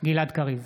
גלעד קריב,